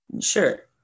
Sure